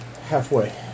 halfway